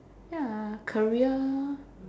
ya career